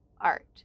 Art